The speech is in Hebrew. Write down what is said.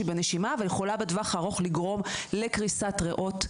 בנשימה ויכולה בטווח הארוך לגרום לקריסת ריאות,